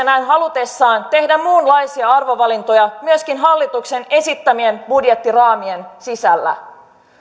näin halutessaan tehdä muunlaisia arvovalintoja myöskin hallituksen esittämien budjettiraamien sisällä